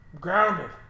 Grounded